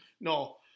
No